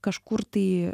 kažkur tai